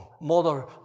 Mother